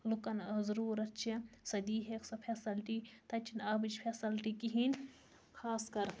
لُکَن ضُروٗرت چھےٚ سۄ دیٖہیٚکھ سۄ فیسَلٹی تَتہِ چھَنہِ آبٕچ فیسَلٹی کِہیٖنۍ خاص کر